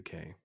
UK